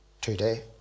today